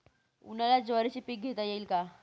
उन्हाळ्यात ज्वारीचे पीक घेता येईल का?